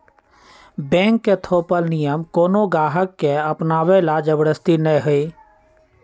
bank के थोपल नियम कोनो गाहक के अपनावे ला जबरदस्ती न हई